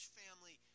family